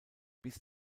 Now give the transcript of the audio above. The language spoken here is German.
bis